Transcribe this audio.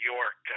York